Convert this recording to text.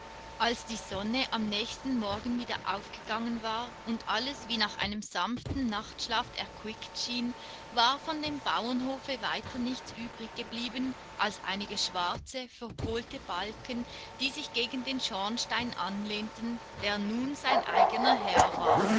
als die sonne am nächsten morgen wieder aufgegangen war und alles wie nach einem sanften nachtschlaf erquickt schien war von dem bauernhofe weiter nichts übrig geblieben als einige schwarze verkohlte balken die sich gegen den schornstein anlehnten der nun sein eigener herr war